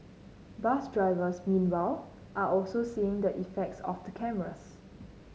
bus drivers meanwhile are also seeing the effects of the cameras